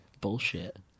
Bullshit